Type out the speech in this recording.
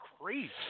crazy